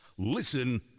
Listen